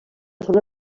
forma